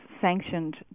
sanctioned